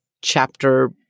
chapter